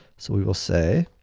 so, we will say,